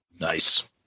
Nice